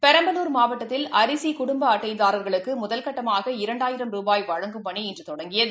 பெரம்பலூர் மாவட்டத்தில் அரிசிகுடும்பஅட்டைதாரர்களுக்குமுதற்கட்டமாக இரண்டாயிரம் வழங்கும் பணி இன்றுதொடங்கியது